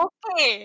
Okay